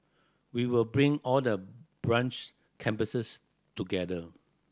we will bring all the branch campuses together